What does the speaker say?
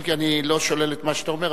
אם כי אני לא שולל את מה שאתה אומר,